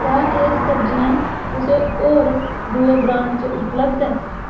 क्या एह् सब्ज़ियां कुसै होर दुए ब्रांड च उपलब्ध ऐ